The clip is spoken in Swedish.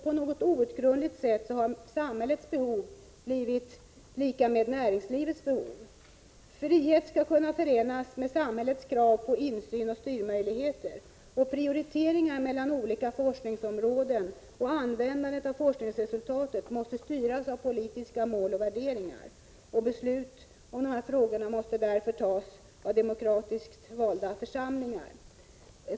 På något outgrundligt sätt har samhällets behov blivit lika med näringslivets behov. Frihet skall kunna förenas med samhällets krav på insyn och styrmöjligheter, och prioriteringar mellan olika forskningsområden och användandet av forskningsresultatet måste styras av politiska mål och värderingar. Beslut i de frågorna måste därför fattas av demokratiskt valda församlingar.